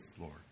Lord